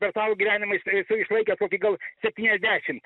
per savo gyvenimą esu išlaikęs kokį gal septyniasdešimt